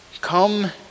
come